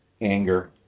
anger